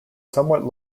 somewhat